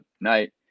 night